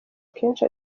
kenshi